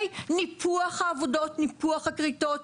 ניפוח העבודות, ניפוח הכריתות,